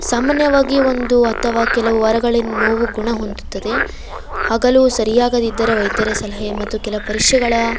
ಸಾಮಾನ್ಯವಾಗಿ ಒಂದು ಅಥವಾ ಕೆಲವು ವಾರಗಳಿನ ನೋವು ಗುಣ ಹೊಂದುತ್ತದೆ ಆಗಲೂ ಸರಿಯಾಗದಿದ್ದರೆ ವೈದ್ಯರ ಸಲಹೆ ಮತ್ತು ಕೆಲ ಪರೀಕ್ಷೆಗಳ